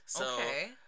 Okay